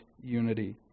unity